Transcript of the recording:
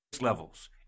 levels